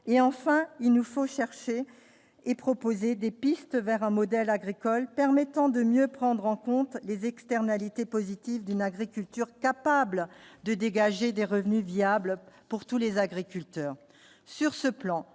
et enfin, il nous faut chercher et proposer des pistes vers un modèle agricole permettant de mieux prendre en compte les externalités positives d'une agriculture capable de dégager des revenus viable pour tous les agriculteurs sur ce plan,